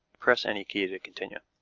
press any key to continue.